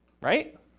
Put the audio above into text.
right